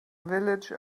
village